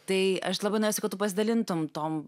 tai aš labai norėsiu kad tu pasidalintum tom